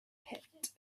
pit